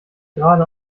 gerade